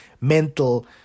mental